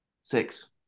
Six